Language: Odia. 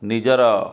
ନିଜର